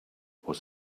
was